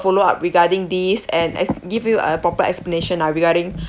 follow up regarding these and ex~ give you a proper explanation ah regarding